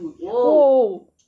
!whoa!